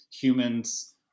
humans